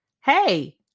Hey